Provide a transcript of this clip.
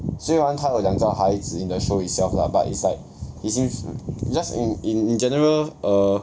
虽然他有两个孩子 in the show itself lah but it's like it seems just in in general err